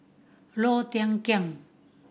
Low Thia Khiang